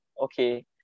okay